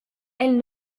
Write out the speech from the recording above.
elles